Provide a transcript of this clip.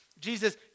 Jesus